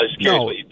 No